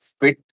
fit